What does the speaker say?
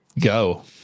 Go